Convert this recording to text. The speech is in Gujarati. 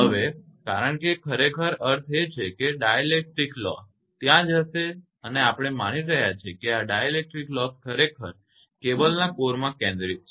હવે કારણ કે ખરેખર અર્થ એ છે કે ડાઇલેક્ટ્રિક લોસ ત્યાં જ હશે અને આપણે માની રહ્યા છીએ કે આ ડાઇલેક્ટ્રિક લોસ ખરેખર કેબલના કોરમાં કેન્દ્રિત છે